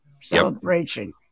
celebration